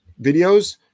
Videos